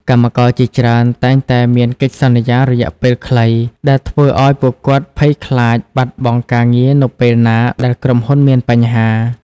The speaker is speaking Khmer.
កម្មករជាច្រើនតែងតែមានកិច្ចសន្យារយៈពេលខ្លី ដែលធ្វើឱ្យពួកគាត់ភ័យខ្លាចបាត់បង់ការងារនៅពេលណាដែលក្រុមហ៊ុនមានបញ្ហា។